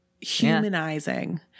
humanizing